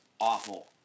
awful